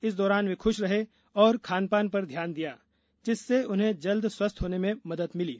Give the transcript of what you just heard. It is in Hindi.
इस दौरान वे खुश रहे और खान पान पर ध्यान दिया जिससे उन्हें जल्द स्वस्थ होने में मदद मिली